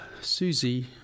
Susie